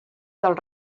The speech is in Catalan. del